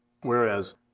Whereas